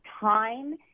time